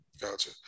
Gotcha